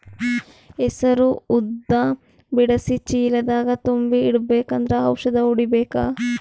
ಹೆಸರು ಉದ್ದ ಬಿಡಿಸಿ ಚೀಲ ದಾಗ್ ತುಂಬಿ ಇಡ್ಬೇಕಾದ್ರ ಔಷದ ಹೊಡಿಬೇಕ?